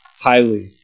highly